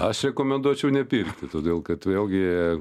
aš rekomenduočiau nepirkti todėl kad vėlgi